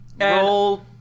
roll